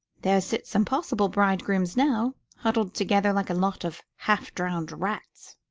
there sit some possible bridegrooms now, huddled together like a lot of half-drowned rats!